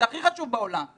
זה הכי חשוב בעולם,